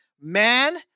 man